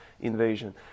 invasion